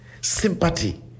sympathy